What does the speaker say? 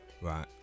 right